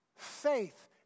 faith